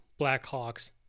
Blackhawks